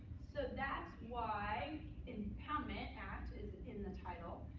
so that's why impoundment act is in the title.